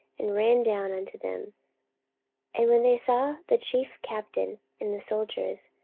and ran down unto them and when they saw the chief captain and the soldiers,